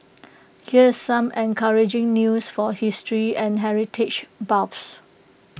here's some encouraging news for history and heritage buffs